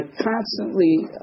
constantly